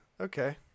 Okay